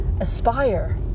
aspire